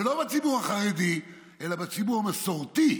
לא בציבור החרדי אלא בציבור המסורתי,